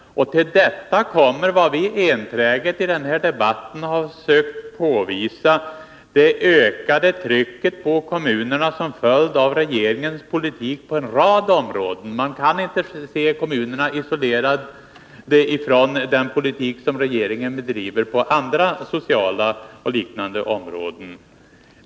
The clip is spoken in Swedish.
Till detta kommer vad vi i den här debatten enträget har sökt påvisa — det ökade trycket på kommunerna som en följd av regeringens politik på en rad områden. Man kan inte se kommunerna isolerade från den politik som regeringen bedriver på andra sociala och liknande områden.